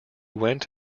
went